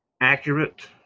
accurate